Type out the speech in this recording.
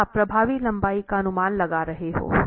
तो आप प्रभावी लंबाई का अनुमान लगा रहे हो